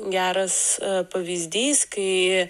geras pavyzdys kai